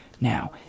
Now